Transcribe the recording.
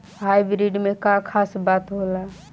Hybrid में का खास बात होला?